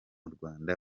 rwanda